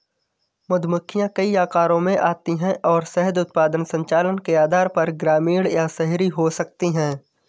मधुमक्खियां कई आकारों में आती हैं और शहद उत्पादन संचालन के आधार पर ग्रामीण या शहरी हो सकती हैं